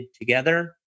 together